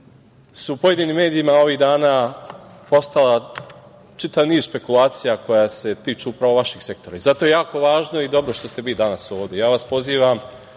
u pojedinim medijima ovih dana postala čitav niz spekulacija koje se tiču upravo vašeg sektora. Zato je jako važno i dobro što ste danas ovde. Pozivam